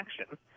action